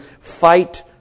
fight